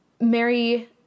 mary